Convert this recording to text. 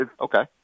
okay